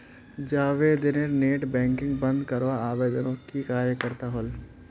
जावेदेर net banking बंद करवार आवेदनोत की कार्यवाही होल?